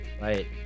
Right